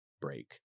break